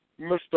Mr